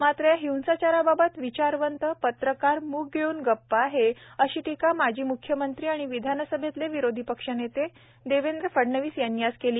मात्र या हिंसाचाराबाबत विचारवंतपत्रकार मुग गिळून गप्प आहेत अशी टीका माजी म्ख्यमंत्री आणि विधानसभेतील विरोधी पक्षनेते देवेंद्र फडणवीस यांनी आज केली